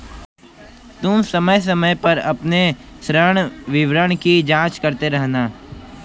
तुम समय समय पर अपने ऋण विवरण की जांच करते रहना